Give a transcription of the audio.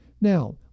now